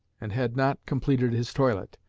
and had not completed his toilet.